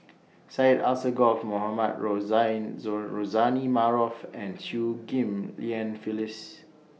Syed Alsagoff Mohamed Rozani Rozani Maarof and Chew Ghim Lian Phyllis